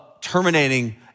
terminating